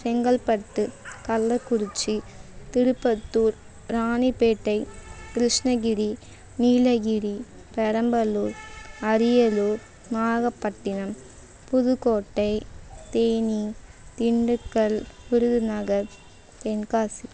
Chengalpattu Kallakurichi Tirupattur Ranipet Krishnagiri Nilgiri Perambalur Ariyalur Nagapattinam Pudukkottai Theni Dindigul Virudhunagar Tenkasi